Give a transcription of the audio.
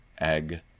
egg